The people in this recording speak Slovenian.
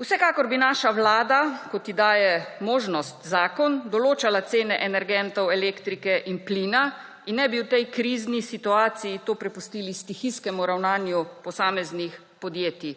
Vsekakor bi naša vlada, kot ti daje možnost zakon, določala cene energentov elektrike in plina in ne bi v tej krizni situaciji to prepustili stihijskemu ravnanju posameznih podjetij.